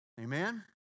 Amen